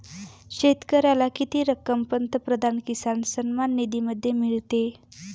शेतकऱ्याला किती रक्कम पंतप्रधान किसान सन्मान निधीमध्ये मिळते?